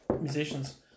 musicians